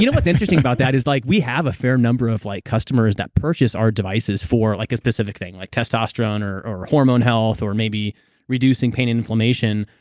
you know what's interesting about that is like, we have a fair number of like customers that purchase our devices for like a specific thing, like testosterone or or hormone health, or maybe reducing pain and inflammation.